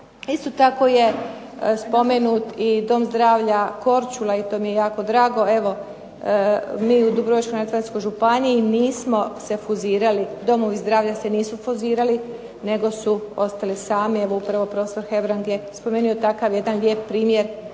Isto tako je spomenut i Dom zdravlja Korčula i to mi je jako drago, evo mi u Dubrovačko-neretvanskoj županiji nismo se fuzirali, domovi zdravlja se nisu fuzirali nego su ostali sami. Evo upravo profesor Hebrang je spomenuo takav jedan lijep primjer